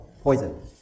poison